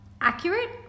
accurate